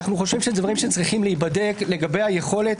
אנחנו חושבים שהדברים שצריכים להיבדק לגבי היכולת